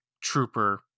trooper